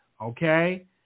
okay